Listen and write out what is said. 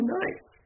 nice